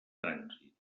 trànsit